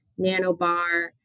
Nanobar